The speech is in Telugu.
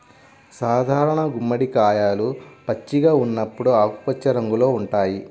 సాధారణ గుమ్మడికాయలు పచ్చిగా ఉన్నప్పుడు ఆకుపచ్చ రంగులో ఉంటాయి